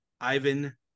Ivan